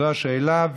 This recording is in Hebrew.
זו השאלה.